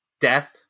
Death